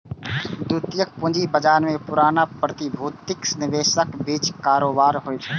द्वितीयक पूंजी बाजार मे पुरना प्रतिभूतिक निवेशकक बीच कारोबार होइ छै